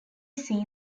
see